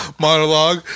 monologue